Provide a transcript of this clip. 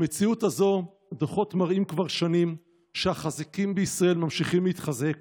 במציאות הזו הדוחות מראים כבר שנים שהחזקים בישראל ממשיכים להתחזק